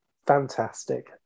fantastic